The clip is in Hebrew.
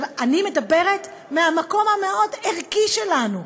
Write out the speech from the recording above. אני מדברת מהמקום המאוד-ערכי שלנו,